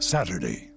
Saturday